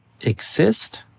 exist